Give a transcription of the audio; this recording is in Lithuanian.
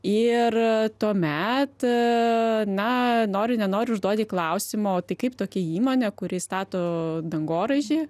ir tuomet na nori nenori užduoti klausimo tik kaip tokia įmonė kuri stato dangoraižį